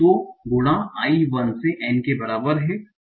तो गुणा i 1 से n के बराबर है